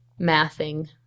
mathing